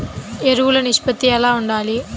ఎరువులు నిష్పత్తి ఎలా ఉండాలి?